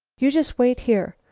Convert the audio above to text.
you just wait here.